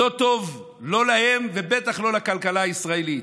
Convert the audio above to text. לא טוב, לא להם ובטח לא לכלכלה הישראלית.